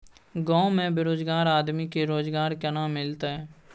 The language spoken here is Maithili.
गांव में बेरोजगार आदमी के रोजगार केना मिलते?